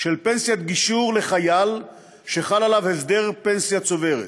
של פנסיית גישור לחייל שחל עליו הסדר פנסיה צוברת.